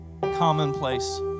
commonplace